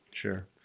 Sure